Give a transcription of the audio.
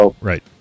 Right